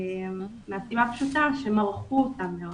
מהסיבה הפשוטה שמרחו אותם מאוד.